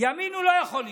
ימין הוא לא יכול להיות,